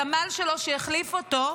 הסמל שלו שהחליף אותו,